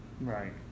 right